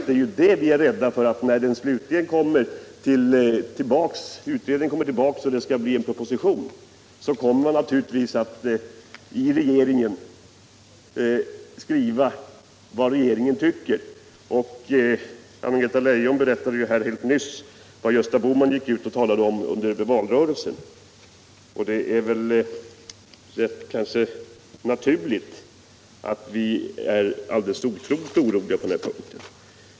Det är det vi är rädda för — att regeringen, när utredningen slutligen kommer tillbaka och det skall bli en proposition, kommer att skriva vad regeringen tycker. Anna-Greta Leijon berättade nyss vad Gösta Bohman gick ut och talade om under valrörelsen, och då är det kanske naturligt att vi är synnerligen oroliga.